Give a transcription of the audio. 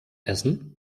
essen